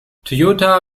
toyota